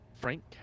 Frank